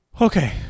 okay